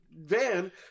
van